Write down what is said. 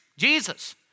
Jesus